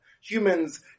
Humans